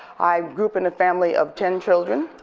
i grew up in a family of ten children,